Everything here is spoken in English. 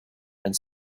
and